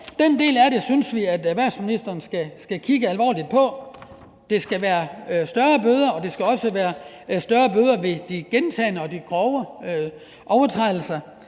den del af det synes vi at erhvervsministeren skal kigge alvorligt på. Der skal være større bøder, og der skal også være større bøder i forbindelse med de gentagne og de grove overtrædelser,